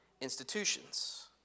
institutions